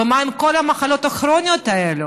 ומה עם כל המחלות הכרוניות האלה?